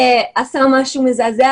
ועשה משהו מזעזע,